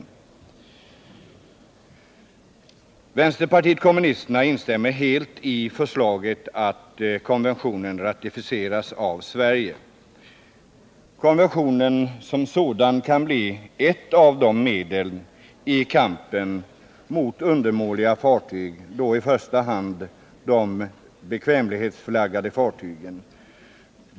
Vänsterpartiet kommunisterna instämmer helt i förslaget att konventionen ratificeras av Sverige. Konventionen som sådan kan bli ett av medlen i kampen mot undermåliga fartyg — då i första hand de bekvämlighetsflaggade fartygen.